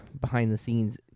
behind-the-scenes